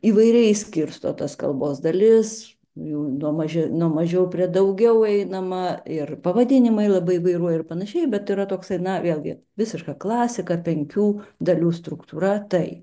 įvairiai skirsto tas kalbos dalis jų nuo maži nuo mažiau prie daugiau einama ir pavadinimai labai įvairuoja ir panašiai bet yra toksai na vėlgi visiška klasika penkių dalių struktūra tai